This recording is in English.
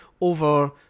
over